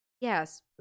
Yes